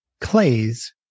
Clay's